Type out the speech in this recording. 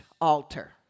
altar